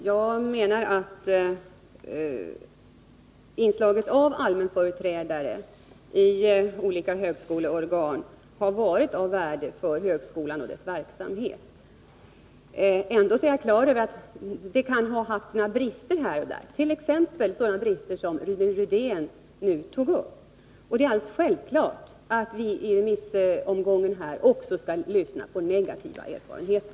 Herr talman! Jag menar att inslaget av allmänföreträdare i olika högskoleorgan har varit av värde för högskolan och dess verksamhet. Ändå är jag klar över att det kan ha haft sina brister här och där, t.ex. sådana brister som Rune Rydén nu tog upp. Och det är alldeles självklart att vi i remissomgången också skall lyssna på negativa erfarenheter.